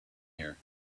here